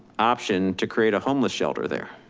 option to create a homeless shelter there.